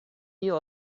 you